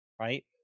Right